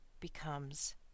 becomes